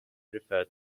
referred